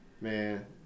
Man